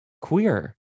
queer